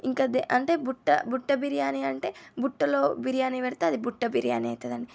ఇంక దే అంటే బుట్ట బుట్ట బిర్యానీ అంటే బుట్టలో బిర్యానీ పెడితే అది బుట్ట బిర్యానీ అవుతుందండి